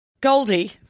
Goldie